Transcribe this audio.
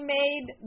made